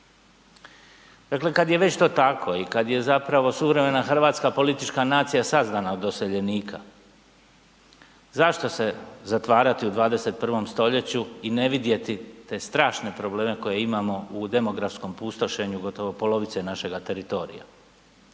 Dakle, kad je već to tako i kad je zapravo suvremena Hrvatska, politička nacija sazdana od doseljenika, zašto se zatvarati u 21. st. i ne vidjeti te strašne probleme koje imamo u demografskom pustošenju gotovo polovice našega teritorija.